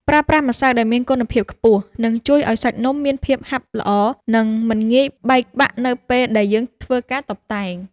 ប្រើប្រាស់ម្សៅដែលមានគុណភាពខ្ពស់នឹងជួយឱ្យសាច់នំមានភាពហាប់ល្អ និង មិនងាយបែកបាក់នៅពេលដែលយើងធ្វើការតុបតែង។